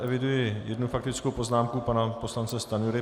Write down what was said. Eviduji jednu faktickou poznámku pana poslance Stanjury.